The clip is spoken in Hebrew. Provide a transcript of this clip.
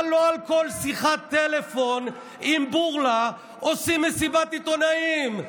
אבל לא על כל שיחת טלפון עם בורלא עושים מסיבת עיתונאים.